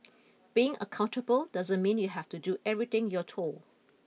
being accountable doesn't mean you have to do everything you're told